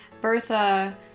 Bertha